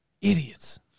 Idiots